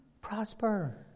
prosper